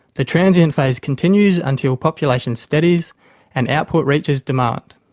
the transient phase continues until population steadies and output reaches demand.